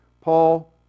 Paul